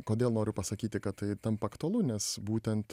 kodėl noriu pasakyti kad tai tampa aktualu nes būtent